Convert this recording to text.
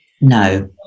No